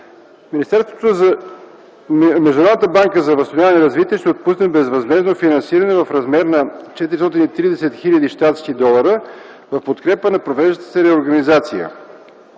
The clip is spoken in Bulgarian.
Международната банка за възстановяване и развитие ще отпусне безвъзмездно финансиране в размер на 430 хил. щ. долара в подкрепа на провеждащата се реорганизация.